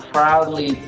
Proudly